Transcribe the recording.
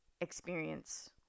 experience